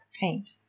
paint